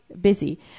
busy